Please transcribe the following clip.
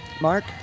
Mark